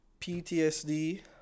ptsd